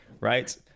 right